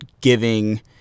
giving